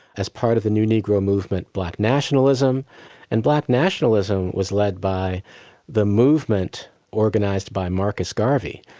as part of the new negro movement, black nationalism and black nationalism was led by the movement organized by marcus garvey,